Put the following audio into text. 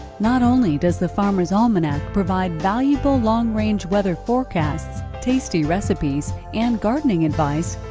not only does the farmers' almanac provide valuable long-range weather forecasts, tasty recipes, and gardening advice,